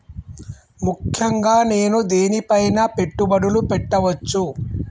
ముఖ్యంగా నేను దేని పైనా పెట్టుబడులు పెట్టవచ్చు?